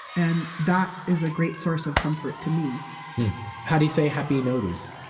and that is a great source of comfort to me how do you say happy nowruz?